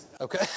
Okay